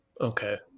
okay